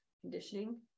conditioning